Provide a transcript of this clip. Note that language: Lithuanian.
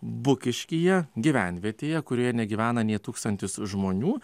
bukiškyje gyvenvietėje kurioje negyvena nei tūkstantis žmonių